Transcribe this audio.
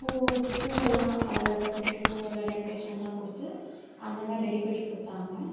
பூவு பூவெல்லாம் அழகலகா பின்னாடி பூவெல்லாம் டெக்கரேஷன்லாம் கொடுத்து அந்தமாதிரி ரெடி பண்ணி கொடுத்தாங்க